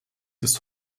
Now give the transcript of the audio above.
des